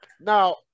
Now